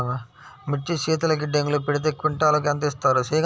మిర్చి శీతల గిడ్డంగిలో పెడితే క్వింటాలుకు ఎంత ఇస్తారు?